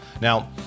Now